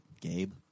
Gabe